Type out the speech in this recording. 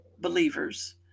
believers